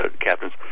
captains